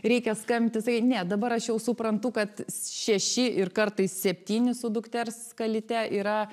reikia skambint i sakyt ne dabar aš jau suprantu kad šeši ir kartais septyni su dukters kalyte yra